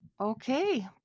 Okay